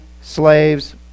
slaves